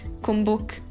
Kumbuk